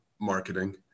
marketing